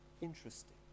interesting